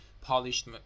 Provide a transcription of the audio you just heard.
polished